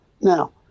Now